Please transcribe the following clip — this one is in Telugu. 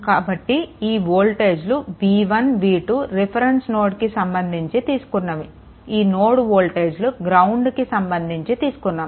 కాబట్టి ఈ వోల్టేజ్లు v1 v2 రిఫరెన్స్ నోడ్కి సంబంధించి తీసుకున్నవి ఈ నోడ్ వోల్టేజ్లు గ్రౌండ్కి సంభందించి తీసుకున్నాము